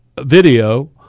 video